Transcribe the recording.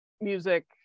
music